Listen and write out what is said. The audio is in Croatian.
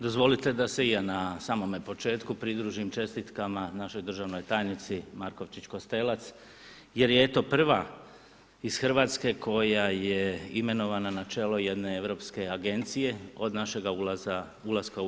Dozvolite da se i ja na samome početku pridružim čestitkama našoj državnoj tajnici Markovčić Kostelac jer je eto prva iz Hrvatske koja je imenovana na čelo jedne europske agencije od našega ulaska u EU.